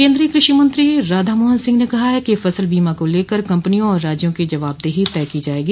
केन्द्रीय कृषि मंत्री राधा मोहन सिंह ने कहा है कि फसल बीमा को लेकर कम्पनियों और राज्यों की जवाबदेही तय की जायेगी